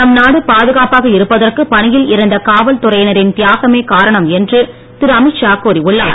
நம்நாடு பாதுகாப்பாக இருப்பதற்கு பணியில் இறந்த காவல் துறையினரின் தியாகமே காரணம் என்று திரு அமீத்ஷா கூறி உள்ளார்